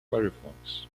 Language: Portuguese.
firefox